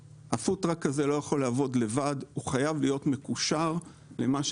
שהפוד-טראק הזה לא יכול לעבוד לבד אלא חייב להיות מקושר למטבח-אם.